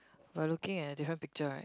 we are looking at different picture right